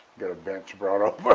get a bench brought over.